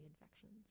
infections